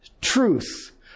truth